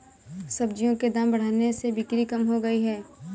सब्जियों के दाम बढ़ने से बिक्री कम हो गयी है